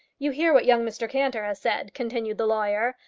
you hear what young mr cantor has said, continued the lawyer.